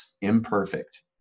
imperfect